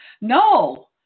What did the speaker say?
No